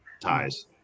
ties